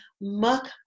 muck